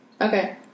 Okay